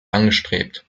angestrebt